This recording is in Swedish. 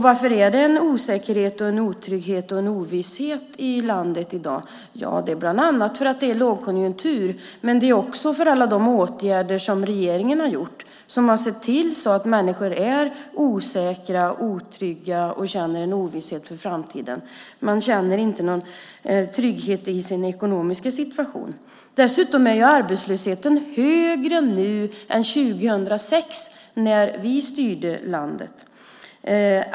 Varför råder det en osäkerhet, en otrygghet och en ovisshet i landet i dag? Det beror bland annat på att vi har en lågkonjunktur, men det beror också på alla de åtgärder som regeringen har gjort. Regeringen har sett till att människor är osäkra och otrygga och känner en ovisshet inför framtiden. De känner inte någon trygghet i sin ekonomiska situation. Dessutom är arbetslösheten högre nu än 2006, när vi styrde landet.